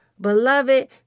beloved